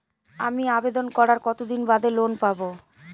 আমি আবেদন করার কতদিন বাদে লোন পাব?